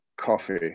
coffee